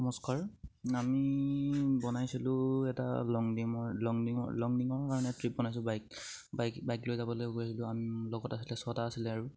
নমস্কাৰ আমি বনাইছিলোঁ এটা লং ডিঙৰ লং ডিঙৰ লং ডিঙৰ কাৰণে ট্ৰিপ বনাইছিলোঁ বাইক বাইক বাইক লৈ যাবলে উলালোঁ আমি লগত আছিলে ছটা আছিলে আৰু